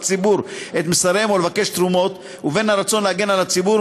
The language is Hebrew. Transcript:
לציבור את מסריהן או לבקש תרומות ובין הרצון להגן על הציבור,